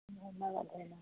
ধন্যবাদ ধন্যবাদ